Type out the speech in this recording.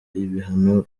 ibihano